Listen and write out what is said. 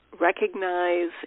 recognize